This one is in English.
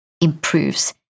improves